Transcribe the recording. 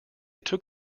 took